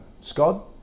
Scott